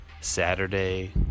Saturday